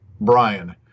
Brian